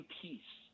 peace